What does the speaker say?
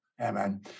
Amen